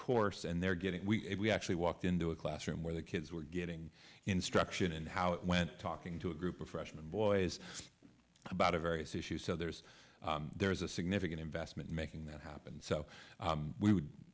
course and they're getting we actually walked into a classroom where the kids were getting instruction in how it went talking to a group of freshman boys about a various issues so there's there is a significant investment making that happened so we would